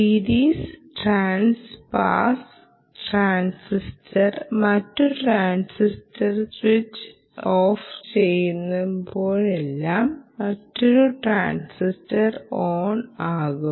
series trans pass transistor മറ്റ് transistor switch off ചെയ്യുമ്പോഴെല്ലാം മറ്റൊരു ട്രാൻസിസ്റ്റർ ഓൺ ആവും